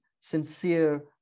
sincere